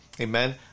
amen